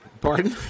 Pardon